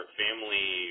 family